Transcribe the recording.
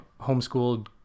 homeschooled